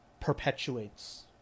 perpetuates